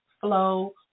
flow